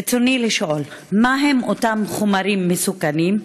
רצוני לשאול: 1. מה הם אותם חומרים מסוכנים?